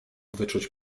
wyczuć